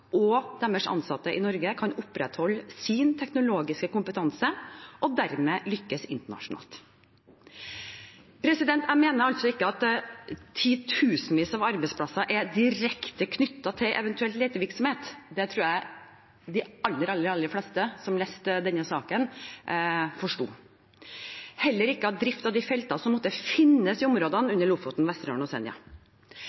og deres ansatte i Norge kan opprettholde sin teknologiske kompetanse og dermed lykkes internasjonalt. Jeg mener altså ikke at titusenvis av arbeidsplasser er direkte knyttet til eventuell letevirksomhet – det tror jeg de aller fleste som har lest denne saken, forstår – heller ikke drift av de felter som måtte finnes i områdene